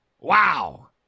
Wow